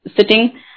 sitting